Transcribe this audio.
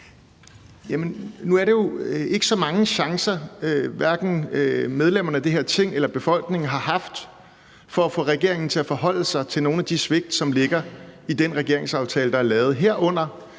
nu er det ikke så mange chancer, som hverken medlemmerne af det her Ting eller befolkningen har haft for at få regeringen til at forholde sig til nogle af de svigt, som ligger i den regeringsaftale, der er lavet, herunder